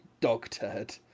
dog-turd